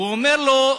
והוא אומר לו: